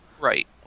Right